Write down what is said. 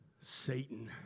Satan